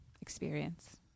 experience